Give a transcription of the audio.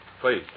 Please